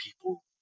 people